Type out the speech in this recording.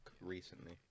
recently